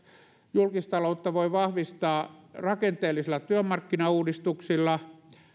julkistaloutta voi vahvistaa rakenteellisilla työmarkkinauudistuksilla